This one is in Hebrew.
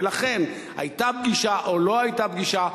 ולכן היתה פגישה או לא היתה פגישה,